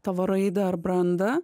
tavo raidą ar brandą